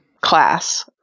class